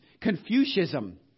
Confucianism